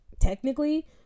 Technically